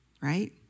right